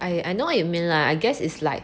I I I know what you mean lah I guess is like